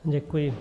Děkuji.